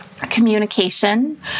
communication